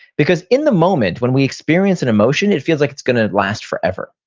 because in the moment when we experience an emotion, it feels like it's going to last forever.